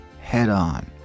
head-on